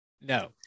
no